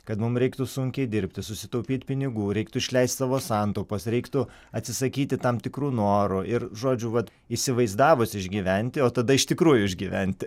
kad mum reiktų sunkiai dirbti susitaupyt pinigų reiktų išleist savo santaupas reiktų atsisakyti tam tikrų norų ir žodžiu vat įsivaizdavus išgyventi o tada iš tikrųjų išgyventi